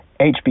HB